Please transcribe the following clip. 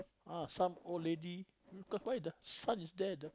ah some old lady you can find the son is there the